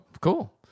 cool